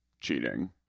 cheating